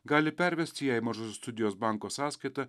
gali pervesti ją į mažosios studijos banko sąskaitą